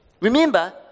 Remember